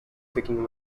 speaking